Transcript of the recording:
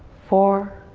four,